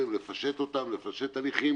לפשט אותן, לפשט הליכים